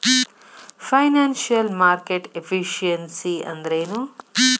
Financial market efficiency ಅಂದ್ರೇನು?